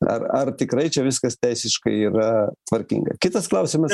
ar ar tikrai čia viskas teisiškai yra tvarkinga kitas klausimas